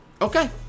Okay